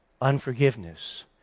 unforgiveness